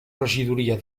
regidoria